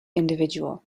individual